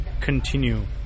continue